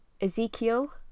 Ezekiel